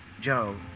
Joe